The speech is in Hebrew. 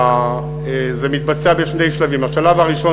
זה מתבצע בשני שלבים: השלב הראשון,